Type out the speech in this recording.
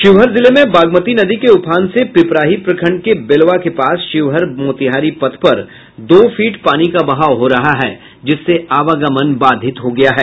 शिवहर जिले में बागमती नदी के उफान से पीपराही प्रखंड के बेलवा के पास शिवहर मोतिहारी पथ पर दो फीट पानी का बहाव हो रहा है जिससे आवागमन बाधित हो गया है